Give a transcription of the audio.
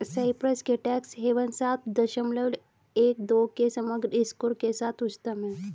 Cyprus के tax havens सात दशमलव एक दो के समग्र स्कोर के साथ उच्चतम हैं